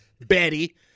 Betty